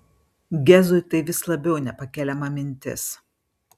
gezui tai vis labiau nepakeliama mintis